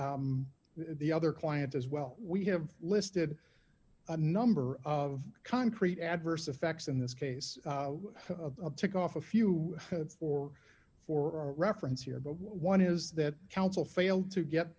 the other client as well we have listed a number of concrete adverse effects in this case took off a few for for reference here but one is that counsel failed to get